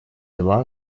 дела